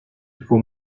faut